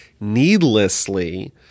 needlessly